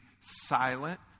silent